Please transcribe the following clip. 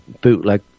bootleg